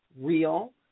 real